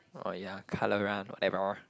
oh ya Colour Run whatever